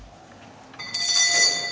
Tak